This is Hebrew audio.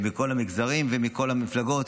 מכל המגזרים ומכל המפלגות,